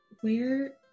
where-